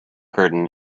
curtain